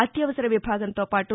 అత్యవసర విభాగంతో పాటు